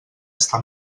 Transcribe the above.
està